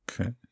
Okay